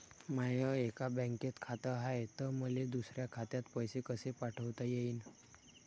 माय एका बँकेत खात हाय, त मले दुसऱ्या खात्यात पैसे कसे पाठवता येईन?